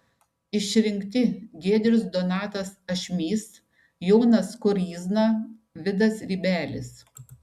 išrinkti giedrius donatas ašmys jonas koryzna vidas rybelis